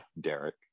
Derek